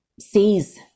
sees